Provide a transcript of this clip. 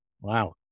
Wow